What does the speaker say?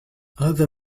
other